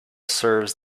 serves